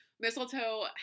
Mistletoe